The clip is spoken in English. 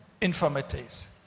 infirmities